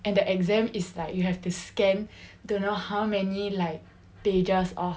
and the exam is like you have to scan don't know how many like pages of